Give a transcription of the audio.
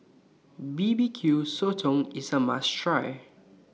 B B Q Sotong IS A must Try